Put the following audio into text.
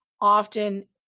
often